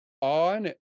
on